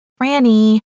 Franny